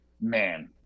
man